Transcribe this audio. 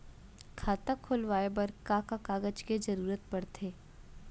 खाता खोलवाये बर का का कागज के जरूरत पड़थे?